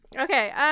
Okay